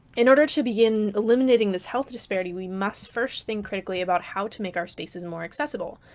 in order to begin eliminating this health disparity, we must first think critically about how to make our spaces more accessible.